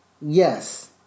Yes